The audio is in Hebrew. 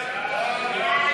חוק הרשות